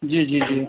જી જી જી